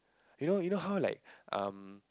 you know you know how like um